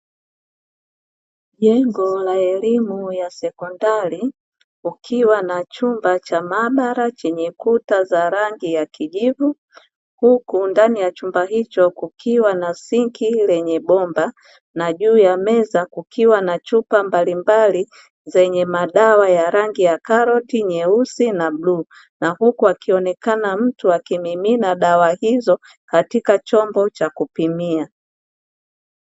Jengo la elimu ya sekondari ukiwa na chumba cha maabara chenye kuta za rangi ya kijivu, huku ndani ya chumba hicho kukiwa na sinki lenye bomba na juu ya meza kukiwa na chupa mbalimbali zenye madawa ya rangi ya karoti, nyeusi na bluu. Na huku akionekana mtu akimimina dawa hizo katika chombo cha kupimia.